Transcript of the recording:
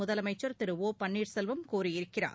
முதலமைச்சர் திரு ஓ பன்னீர்செல்வம் கூறியிருக்கிறார்